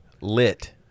Lit